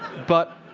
but